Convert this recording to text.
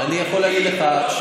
אני יכול להגיד לך,